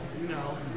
No